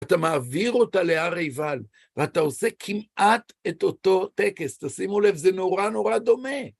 אתה מעביר אותה להר עיבל, ואתה עושה כמעט את אותו טקס. תשימו לב, זה נורא נורא דומה.